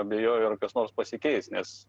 abejoju ar kas nors pasikeis nes